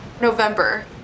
November